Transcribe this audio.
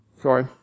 Sorry